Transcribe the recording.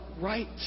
right